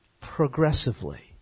progressively